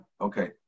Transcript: Okay